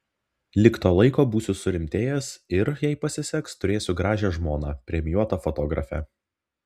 lig to laiko būsiu surimtėjęs ir jei pasiseks turėsiu gražią žmoną premijuotą fotografę